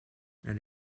elle